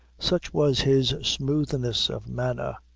such was his smoothness of manner,